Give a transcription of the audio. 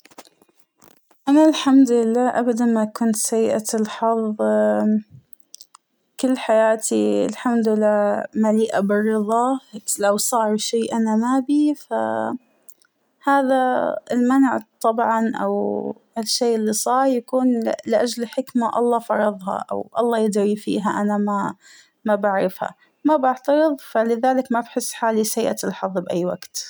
أنا الحمد لله ابدا ما كنت أبداً سيئة الحظ ، كل حياتى الحمد لله مليئة بالرضا ، بس لو صار شى أنا ما أبى فهذا المنع طبعاَ أو هذا الشى اللى صار بيكون لأجل حكمة الله فرضها ، الله يدرى فيها أنا ما بعرفها ، أنا ما بعترض فلذلك ما بحس حالى سيئة الحظ بأى وقت.